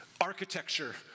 architecture